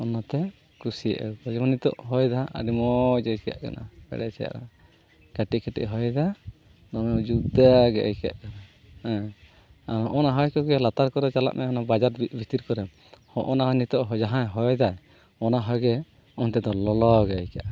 ᱚᱱᱟᱛᱮ ᱠᱩᱥᱤᱭᱟᱜ ᱟᱠᱚ ᱡᱮᱢᱚᱱ ᱱᱤᱛᱚᱜ ᱦᱚᱭᱫᱟᱜ ᱟᱹᱰᱤ ᱢᱚᱡᱽ ᱜᱮ ᱤᱠᱟᱹᱜ ᱠᱟᱱᱟ ᱟᱹᱰᱤ ᱪᱮᱦᱨᱟ ᱠᱟᱹᱴᱤᱡ ᱠᱟᱹᱴᱤᱡ ᱦᱚᱭᱫᱟᱜ ᱫᱚᱢᱮ ᱡᱩᱫᱟᱹᱜᱮ ᱟᱹᱭᱠᱟᱹᱜ ᱠᱟᱱᱟ ᱦᱮᱸ ᱱᱚᱜᱼᱚ ᱱᱟ ᱦᱚᱭ ᱠᱚᱜᱮ ᱞᱟᱛᱟᱨ ᱠᱚᱨᱮ ᱪᱟᱞᱟᱜ ᱢᱮ ᱚᱱᱟ ᱵᱟᱡᱟᱨ ᱵᱷᱤᱛᱤᱨ ᱠᱚᱨᱮ ᱦᱚᱸᱜᱼᱚ ᱱᱟ ᱡᱟᱦᱟᱸ ᱦᱚᱭ ᱫᱟᱭ ᱚᱱᱟ ᱦᱚᱭᱜᱮ ᱚᱱᱛᱮᱫᱚ ᱞᱚᱞᱚᱜᱮ ᱟᱹᱭᱠᱟᱹᱜᱼᱟ